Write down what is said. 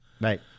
Right